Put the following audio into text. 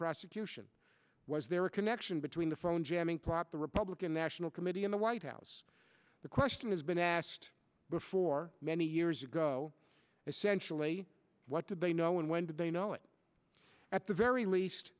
prosecution was there a connection between the phone jamming plot the republican national committee in the white house the question has been asked before many years ago essentially what did they know and when did they know it at the very least